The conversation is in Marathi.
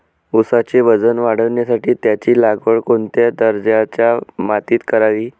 ऊसाचे वजन वाढवण्यासाठी त्याची लागवड कोणत्या दर्जाच्या मातीत करावी?